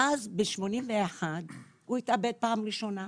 ואז ב-1981 הוא התאבד פעם ראשונה.